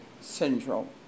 syndrome